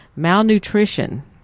Malnutrition